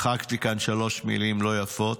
מחקתי כאן שלוש מילים לא יפות,